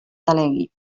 delegui